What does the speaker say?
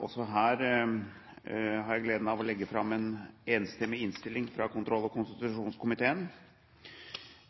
Også her har jeg gleden av å legge fram en enstemmig innstilling fra kontroll- og konstitusjonskomiteen.